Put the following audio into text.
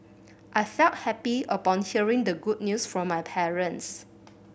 I felt happy upon hearing the good news from my parents